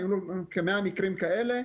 היו לנו כ-100 מקרים כאלה.